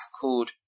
called